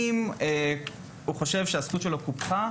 אם הוא חויב שהזכות שלו קופחה.